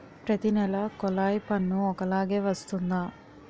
ప్రతి నెల కొల్లాయి పన్ను ఒకలాగే వస్తుందా?